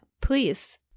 please